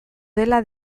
dela